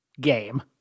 game